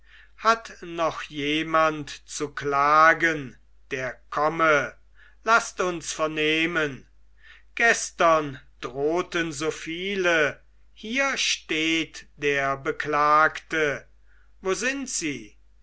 hat noch jemand zu klagen der komme laßt uns vernehmen gestern drohten so viele hier steht der beklagte wo sind sie